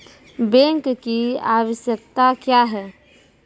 Bank की आवश्यकता क्या हैं?